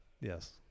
Yes